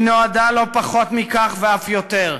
היא נועדה, לא פחות מכך ואף יותר,